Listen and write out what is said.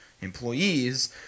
employees